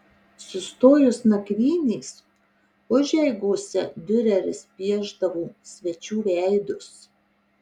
sustojus nakvynės užeigose diureris piešdavo svečių veidus